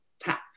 tap